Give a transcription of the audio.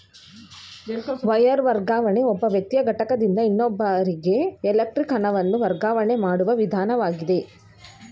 wire ವರ್ಗಾವಣೆ ಒಬ್ಬ ವ್ಯಕ್ತಿ ಘಟಕದಿಂದ ಇನ್ನೊಬ್ಬರಿಗೆ ಎಲೆಕ್ಟ್ರಾನಿಕ್ ಹಣವನ್ನು ವರ್ಗಾವಣೆ ಮಾಡುವ ವಿಧಾನವಾಗಿದೆ